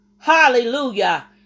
Hallelujah